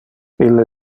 ille